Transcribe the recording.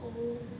oh